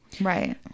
right